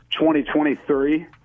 2023